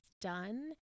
done